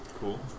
Cool